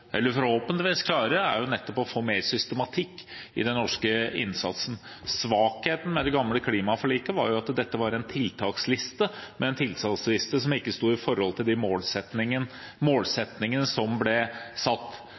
eller forhåpentligvis klarer – i denne stortingsperioden, er nettopp å få mer systematikk i den norske innsatsen. Svakheten med det gamle klimaforliket var at dette var en tiltaksliste, men en tiltaksliste som ikke sto i forhold til de målsettingene som ble satt.